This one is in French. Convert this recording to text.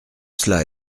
cela